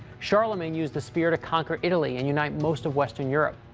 charlemagne used the spear to conquer italy and unite most of western europe.